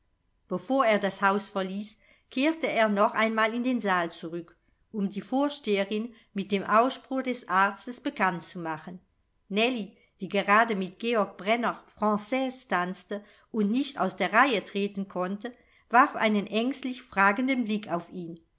bevor er das haus verließ kehrte er noch einmal in den saal zurück um die vorsteherin mit dem ausspruch des arztes bekannt zu machen nellie die gerade mit georg brenner franaise tanzte und nicht aus der reihe treten konnte warf einen ängstlich fragenden blick auf ihn